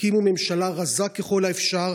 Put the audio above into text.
תקימו ממשלה רזה ככל האפשר.